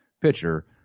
pitcher